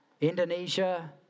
Indonesia